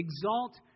exalt